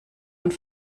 und